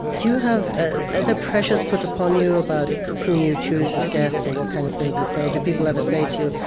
you have ah other pressures put upon you about whom you choose as guests or what kind of things you say? do people ever say to you,